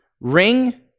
ring